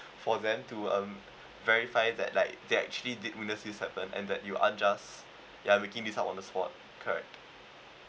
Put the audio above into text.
for them to um verify that like they actually did witness this happen and that you aren't just ya making this one on the spot correct